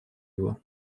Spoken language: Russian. его